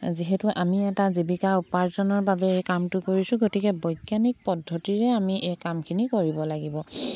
যিহেতু আমি এটা জীৱিকা উপাৰ্জনৰ বাবে এই কামটো কৰিছোঁ গতিকে বৈজ্ঞানিক পদ্ধতিৰে আমি এই কামখিনি কৰিব লাগিব